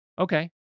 Okay